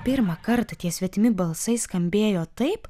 pirmą kartą tie svetimi balsai skambėjo taip